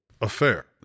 affair